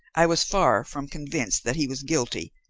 i was far from convinced that he was guilty,